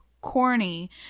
corny